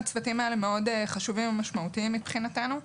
הצוותים האלה הם מאוד חשובים ומשמעותיים מבחינתנו.